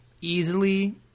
easily –